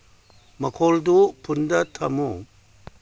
ꯃꯈꯣꯜꯗꯨ ꯐꯨꯜꯗ ꯊꯝꯃꯨ